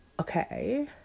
okay